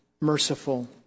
merciful